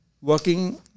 working